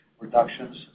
reductions